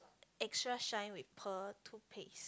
extra shine with pearl toothpaste